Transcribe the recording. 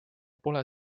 pole